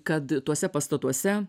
kad tuose pastatuose